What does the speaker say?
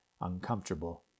uncomfortable